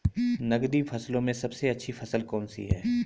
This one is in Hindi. नकदी फसलों में सबसे अच्छी फसल कौन सी है?